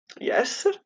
Yes